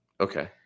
Okay